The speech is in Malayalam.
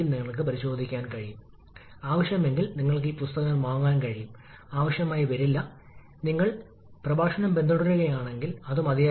T1 T3 എന്നിവ അവരുടെ അനുയോജ്യമായ സാഹചര്യത്തിൽ തുല്യമായിരിക്കണം പക്ഷേ പ്രായോഗികമായി T3 ടി 1 പോലെ കുറവായിരിക്കരുത്